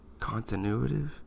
continuative